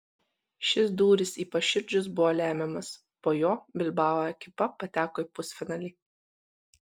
šis dūris į paširdžius buvo lemiamas po jo bilbao ekipa pateko į pusfinalį